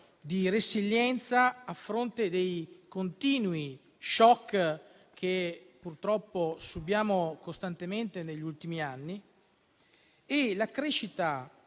di resilienza a fronte dei continui *shock* che, purtroppo, subiamo costantemente negli ultimi anni. La crescita